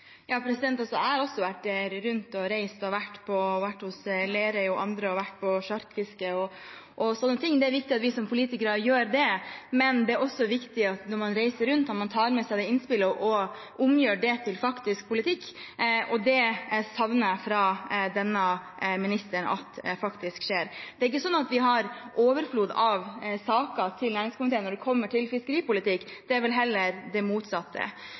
også vært rundt og reist. Jeg har vært hos Lerøy og andre og på sjarkfiske. Det er viktig at vi politikere gjør det. Men det er også viktig når man reiser rundt og tar med seg innspill, at man omgjør dem til faktisk politikk. Det savner jeg at faktisk skjer fra denne statsråden. Det er ikke sånn at vi har overflod av saker til næringskomiteen når det gjelder fiskeripolitikk – det er vel heller det motsatte.